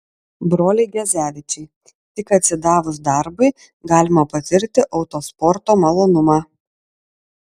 broliai gezevičiai tik atsidavus darbui galima patirti autosporto malonumą